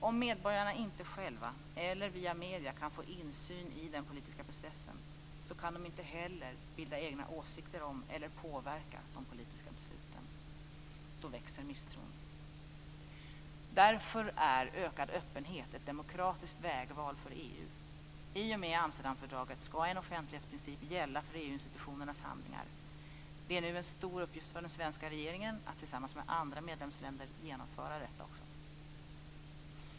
Om medborgarna inte själva eller via medierna kan få insyn i den politiska processen kan de inte heller bilda egna åsikter om eller påverka de politiska besluten. Då växer misstron. Därför är ökad öppenhet ett demokratiskt vägval för EU. I och med Amsterdamfördraget skall en offentlighetsprincip gälla för EU-institutionernas handlingar. Det är nu en stor uppgift för den svenska regeringen att tillsammans med andra medlemsländer också genomföra detta.